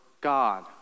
God